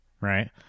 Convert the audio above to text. right